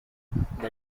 the